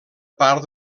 part